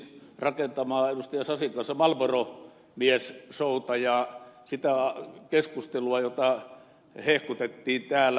sasin kanssa rakentamaa marlboro mies showta ja sitä keskustelua jota hehkutettiin täällä